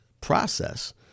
process